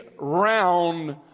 round